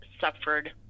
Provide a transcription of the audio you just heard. suffered